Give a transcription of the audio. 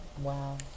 Wow